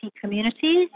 communities